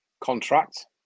contract